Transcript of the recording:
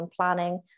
planning